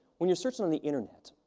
when you're searching on the internet,